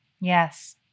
Yes